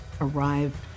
arrived